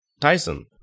tyson